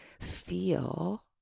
feel